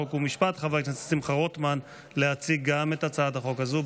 חוק ומשפט חבר הכנסת שמחה רוטמן להציג גם את הצעת החוק הזאת.